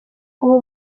ubu